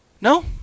No